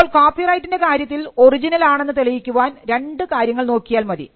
അപ്പോൾ കോപ്പിറൈറ്റിൻറെ കാര്യത്തിൽ ഒറിജിനൽ ആണെന്ന് തെളിയിക്കുവാൻ രണ്ടു കാര്യങ്ങൾ നോക്കിയാൽ മതി